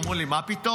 אמרו לי: מה פתאום?